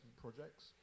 projects